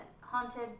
haunted